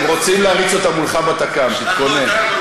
הם רוצים להריץ אותה מולך בתק"ם, תתכונן.